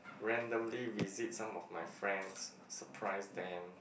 randomly visit some of my friends surprise them